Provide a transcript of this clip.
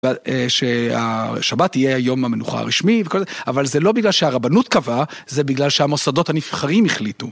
שהשבת תהיה יום המנוחה הרשמי וכל זה, אבל זה לא בגלל שהרבנות קבעה, זה בגלל שהמוסדות הנבחרים החליטו.